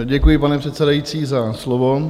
Děkuji, pane předsedající, za slovo.